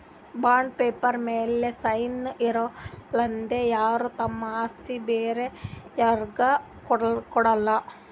bond paper ಮ್ಯಾಲ್ sign ಇರಲಾರ್ದೆ ಯಾರು ತಮ್ ಆಸ್ತಿ ಬ್ಯಾರೆ ಯಾರ್ಗು ಕೊಡಲ್ಲ